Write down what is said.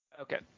Okay